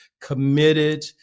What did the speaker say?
committed